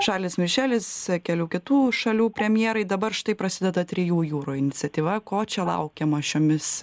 šarlis mišelis kelių kitų šalių premjerai dabar štai prasideda trijų jūrų iniciatyva ko čia laukiama šiomis